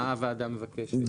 מה הוועדה מבקשת?